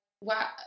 wow